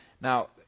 Now